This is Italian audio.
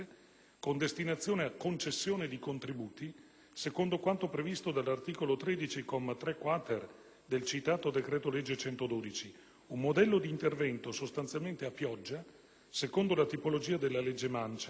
con destinazione a «concessione di contributi», secondo quanto previsto dall'articolo 13, comma 3-*quater*, del citato decreto-legge n. 112: un modello di intervento, sostanzialmente a pioggia, secondo la tipologia della "legge mancia",